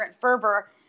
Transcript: fervor